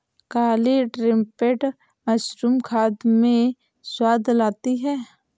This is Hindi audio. काली ट्रंपेट मशरूम खाने में स्वाद लाती है